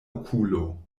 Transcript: okulo